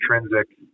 intrinsic